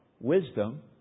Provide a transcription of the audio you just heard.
wisdom